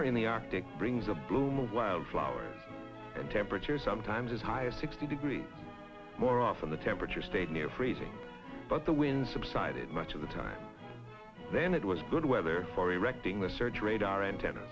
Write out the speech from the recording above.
summer in the arctic brings a blue moon wildflowers and temperatures sometimes as high as sixty degrees more often the temperature stayed near freezing but the wind subsided much of the time then it was good weather for erecting the search radar antenna